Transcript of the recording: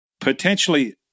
potentially